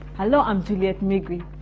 hello, i'm juliet migwi.